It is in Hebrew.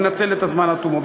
אני אנצל את הזמן עד תומו.